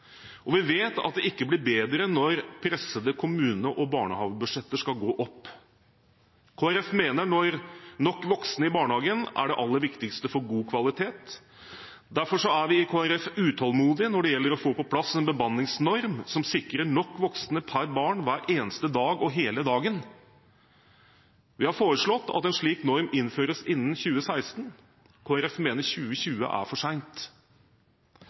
Og vi vet at det ikke blir bedre når pressede kommune- og barnehagebudsjetter skal gå opp. Kristelig Folkeparti mener at nok voksne i barnehagen er det aller viktigste for god kvalitet. Derfor er vi i Kristelig Folkeparti utålmodige når det gjelder å få på plass en bemanningsnorm som sikrer nok voksne per barn hver eneste dag, hele dagen. Vi har foreslått at en slik norm innføres innen 2016, Kristelig Folkeparti mener 2020 er for